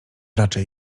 raczej